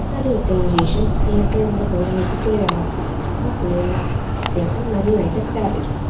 അതും ഇട്ടതിന് ശേഷം നേരത്തെ നമ്മൾ കുവരാൻ വെച്ച പുളിവെള്ളം ആ പുളിവെള്ളം ചേർത്ത് നന്നായിട്ട് തിളപ്പിക്കും